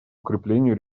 укреплению